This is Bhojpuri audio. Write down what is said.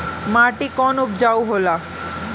माटी कौन उपजाऊ होला?